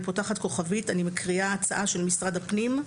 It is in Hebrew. פותחת כוכבית ומקריאה הצעה של משרד הפנים.